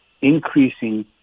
increasing